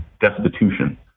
destitution